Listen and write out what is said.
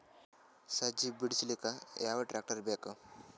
ಸಜ್ಜಿ ಬಿಡಿಸಿಲಕ ಯಾವ ಟ್ರಾಕ್ಟರ್ ಬೇಕ?